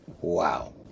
Wow